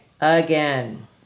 again